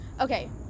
okay